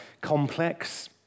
complex